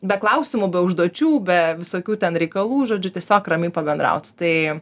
be klausimų be užduočių be visokių ten reikalų žodžiu tiesiog ramiai pabendrauti tai